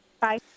Bye